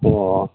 ꯑꯣ